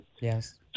Yes